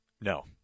No